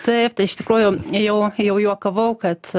taip tai iš tikrųjų jau jau juokavau kad